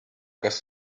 kas